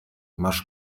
masz